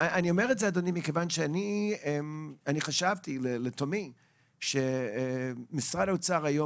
אני אומר את זה מכיוון שחשבתי לתומי שמשרד האוצר היום